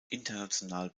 international